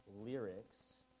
lyrics